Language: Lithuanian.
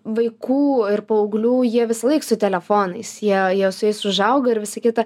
vaikų ir paauglių jie visąlaik su telefonais jie jie su jais užauga ir visa kita